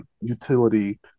utility